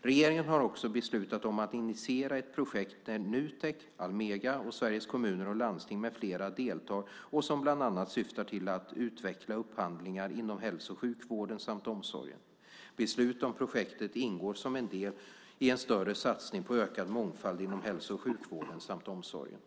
Regeringen har också beslutat att initiera ett projekt där Nutek, Almega och Sveriges Kommuner och Landsting med flera deltar och som bland annat syftar till att utveckla upphandlingar inom hälso och sjukvården samt omsorgen. Beslutet om projektet ingår som en del i en större satsning på ökad mångfald inom hälso och sjukvården samt omsorgen.